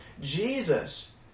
Jesus